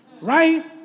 Right